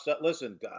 listen